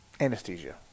Anesthesia